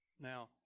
Now